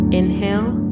inhale